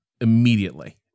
immediately